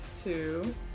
two